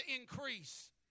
increase